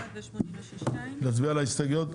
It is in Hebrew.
נצביע על ההסתייגויות?